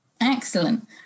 Excellent